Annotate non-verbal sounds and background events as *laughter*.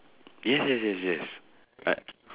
yes yes yes yes *noise*